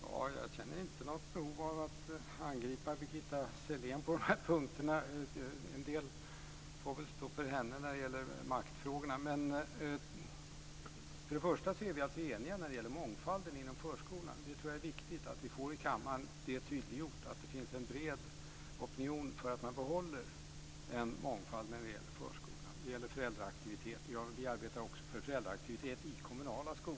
Herr talman! Jag känner inte något behov av att angripa Birgitta Sellén på de här punkterna. En del får väl stå för henne när det gäller maktfrågorna. För det första är vi eniga när det gäller mångfalden inom förskolan. Jag tror att det är viktigt att vi får det tydliggjort i kammaren. Det finns en bred opinion för att man behåller en mångfald i förskolan. Det gäller bl.a. föräldraaktivitet. Vi arbetar också för föräldraaktivitet i kommunala skolor.